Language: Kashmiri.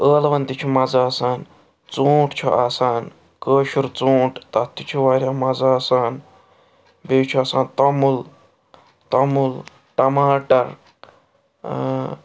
ٲلوَن تہِ چھُ مَزٕ آسان ژوٗنٛٹھ چھُ آسان کٲشُر ژوٗنٛٹھ تَتھ تہِ چھُ واریاہ مَزٕ آسان بیٚیہِ چھُ آسان توٚمُل توٚمُل ٹَماٹر